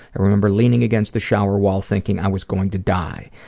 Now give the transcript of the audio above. i remember leaning against the shower wall thinking i was going to die,